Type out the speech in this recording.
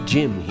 Jim